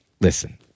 listen